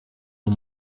ont